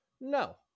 No